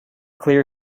clear